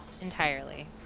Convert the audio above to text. entirely